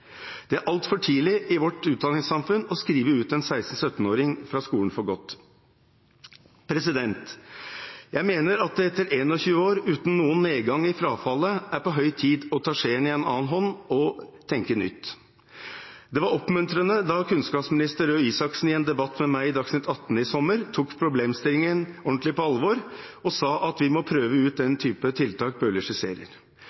Det er altfor tidlig i vårt utdanningssamfunn å skrive ut en 16–17-åring fra skolen for godt. Jeg mener at det, etter 21 år uten noen nedgang i frafallet, er på høy tid å ta skjeen i en annen hånd og tenke nytt. Det var oppmuntrende da kunnskapsminister Røe Isaksen i en debatt med meg i Dagsnytt 18 i sommer tok problemstillingen ordentlig på alvor og sa: Vi må prøve ut den typen tiltak Bøhler